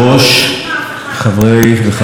חברי הכנסת,